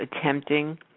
attempting